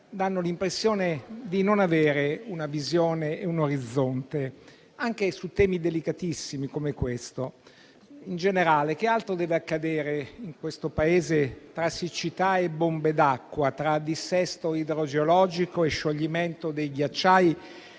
danno l'impressione di non avere una visione e un orizzonte, anche su temi delicatissimi come quello in esame. In generale, che altro deve accadere in questo Paese, tra siccità e bombe d'acqua, tra dissesto idrogeologico e scioglimento dei ghiacciai,